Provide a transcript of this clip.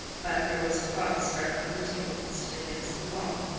but there was a cloth spread upon the table that stood against the wall,